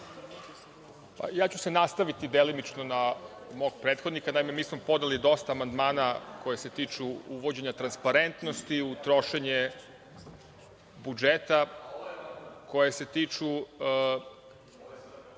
Ja ću se nastaviti delimično na mog prethodnika. Naime, mi smo podneli dosta amandmana koji se tiču uvođenja transparentnosti u trošenje budžeta, koji se tiču